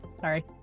Sorry